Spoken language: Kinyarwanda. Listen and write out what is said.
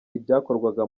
ibyakorwaga